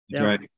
Right